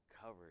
covered